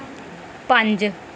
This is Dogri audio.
पंज